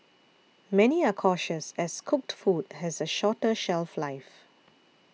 many are cautious as cooked food has a shorter shelf life